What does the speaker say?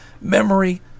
memory